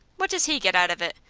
what does he get out of it?